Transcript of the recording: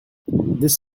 this